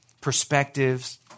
perspectives